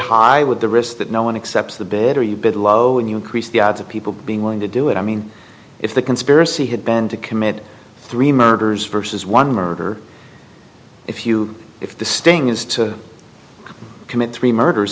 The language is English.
high with the risk that no one accepts the better you bid low and you increase the odds of people being willing to do it i mean if the conspiracy had been to commit three murders versus one murder if you if the sting is to commit three murders